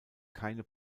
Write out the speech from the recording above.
keine